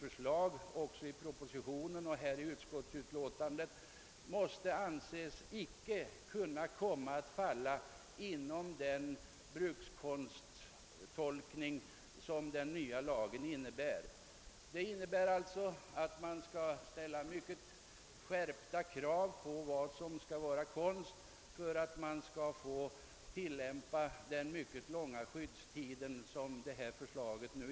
betänkande, i propositionen och i förevarande utlåtande måste anses icke kunna komma att falla under den tolk-- ning av brukskonstbegreppet som för-- slaget till ny lag innebär. Det kommer alltså att ställas väsent-- ligt skärpta krav på sådan konst som får omfattas av den mycket långa: skyddstid som nu föreslås.